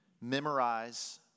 memorize